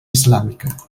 islàmica